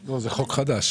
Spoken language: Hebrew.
טוב.